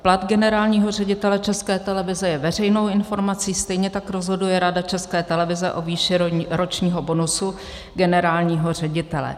Plat generálního ředitele České televize je veřejnou informací, stejně tak rozhoduje Rada České televize o výši ročního bonusu generálního ředitele.